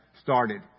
started